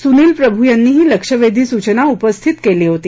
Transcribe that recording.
सुनिल प्रभू यांनी ही लक्षवेधी सूचना उपस्थित केली होती